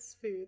food